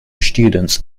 students